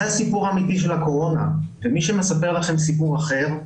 זה הסיפור האמיתי של הקורונה ומי שמספר לכם סיפור אחר,